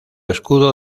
escudo